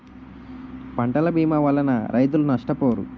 పంటల భీమా వలన రైతులు నష్టపోరు